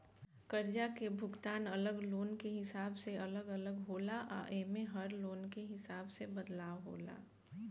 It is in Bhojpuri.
कर्जा के भुगतान अलग लोन के हिसाब से अलग अलग होला आ एमे में हर लोन के हिसाब से बदलाव होला